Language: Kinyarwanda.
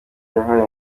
yahaye